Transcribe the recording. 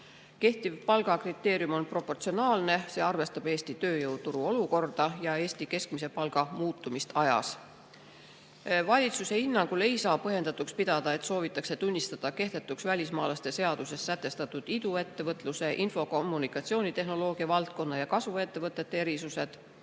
Kehtiv palgakriteerium on proportsionaalne, see arvestab Eesti tööjõuturu olukorda ja Eesti keskmise palga muutumist ajas. Valitsuse hinnangul ei saa põhjendatuks pidada, et soovitakse tunnistada kehtetuks välismaalaste seaduses sätestatud iduettevõtluse, info-kommunikatsioonitehnoloogia valdkonna ja kasvuettevõtete erisused.